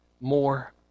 more